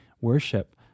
worship